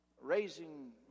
raising